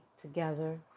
together